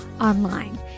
online